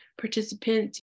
participants